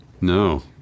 No